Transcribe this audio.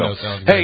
Hey